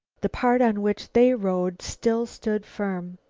the part on which they rode still stood firm.